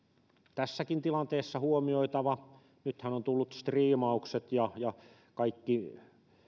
tässäkin tilanteessa huomioitava nythän on tullut striimaukset ja ja kaikki